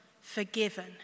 forgiven